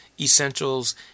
essentials